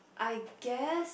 I guess